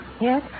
Yes